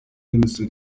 imisoro